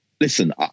listen